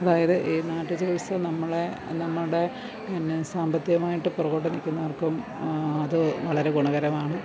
അതായത് ഈ നാട്ടുചികിത്സ നമ്മള് നമ്മുടെ പിന്നെ സാമ്പത്തികമായിട്ട് പുറകോട്ട് നില്ക്കുന്നവർക്കും അത് വളരെ ഗുണകരമാണ്